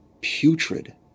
putrid